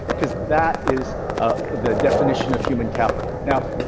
because that is the definition of human capital. now,